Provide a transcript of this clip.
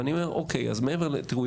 תיראו,